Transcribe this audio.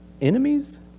enemies